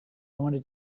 wanted